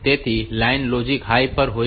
તેથી line logic high પર હોય છે